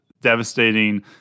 devastating